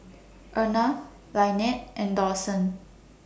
Erna Lynette and Dawson